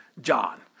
John